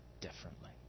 differently